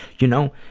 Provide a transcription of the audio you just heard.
you know,